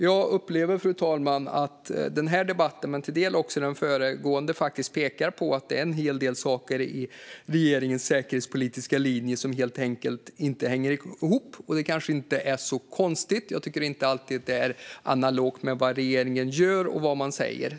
Jag upplever, fru talman, att denna debatt, men till en del också den föregående, pekar på att det är en hel del saker i regeringens säkerhetspolitiska linje som helt enkelt inte hänger ihop. Det kanske inte är så konstigt. Jag tycker inte att det som regeringen gör alltid är analogt med vad man säger.